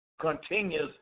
continues